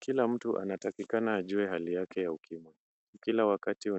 Kila mtu anatakikana ajue hali yake ya ukimwi. Kila wakati